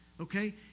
Okay